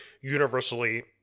universally